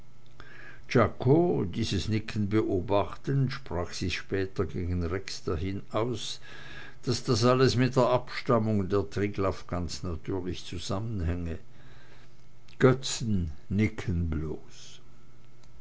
czako dieses nicken beobachtend sprach sich später gegen rex dahin aus daß das alles mit der abstammung der triglaff ganz natürlich zusammenhänge götzen nicken bloß